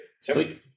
Sweet